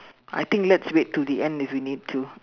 I think let's wait till the end if you need to